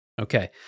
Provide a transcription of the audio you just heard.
Okay